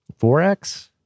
4x